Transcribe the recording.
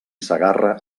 segarra